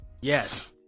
yes